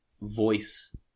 voice